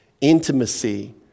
intimacy